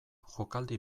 jokaldi